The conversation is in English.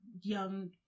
young